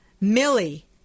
Millie